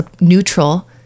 neutral